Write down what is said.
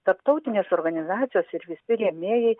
tarptautinės organizacijos ir visi rėmėjai